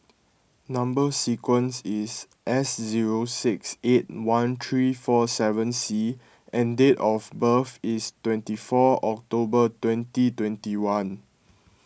Number Sequence is S zero six eight one three four seven C and date of birth is twenty four October twenty twenty one